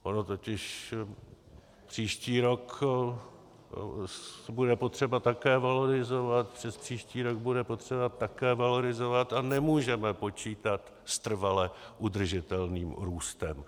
Ono totiž příští rok bude potřeba také valorizovat, přespříští rok bude potřeba také valorizovat a nemůžeme počítat s trvale udržitelným růstem.